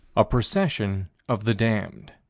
a procession of the damned.